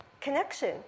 connection